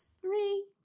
three